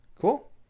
Cool